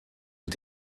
mit